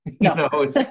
No